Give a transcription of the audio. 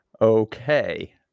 Okay